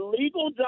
legal